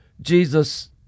Jesus